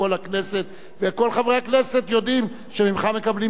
וכל חברי הכנסת יודעים שממך מקבלים תשובות רציניות,